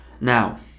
Now